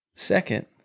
second